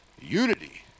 unity